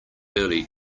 early